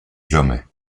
jamais